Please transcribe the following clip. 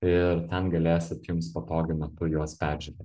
ir ten galėsit jums patogiu metu juos peržiūrėt